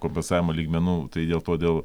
kompensavimo lygmenų tai dėl to dėl